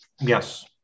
Yes